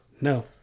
No